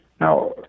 Now